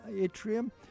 Atrium